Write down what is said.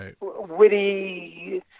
witty